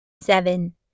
Seven